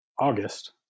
August